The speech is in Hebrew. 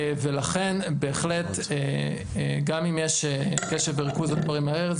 ולכן בהחלט גם אם יש קשב וריכוז או דברים כאלה זה